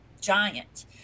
giant